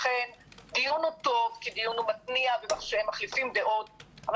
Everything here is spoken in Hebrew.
לכן דיון הוא טוב כי דיון הוא מתניע ומחליפים בו דעות אבל